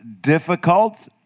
difficult